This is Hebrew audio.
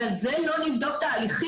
אז על זה לא נבדוק תהליכים?